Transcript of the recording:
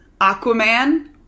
Aquaman